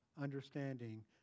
understanding